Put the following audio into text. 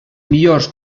millors